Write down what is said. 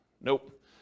Nope